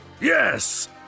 Yes